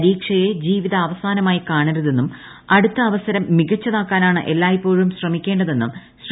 പരീക്ഷയെ ജീവിതാവസാനമായി കാണരുതെന്നും അടുത്ത അവസരം മികച്ചതാക്കാനാണ് എല്ലയ്പോഴും ശ്രമിക്കേണ്ടതെന്നും ശ്രീ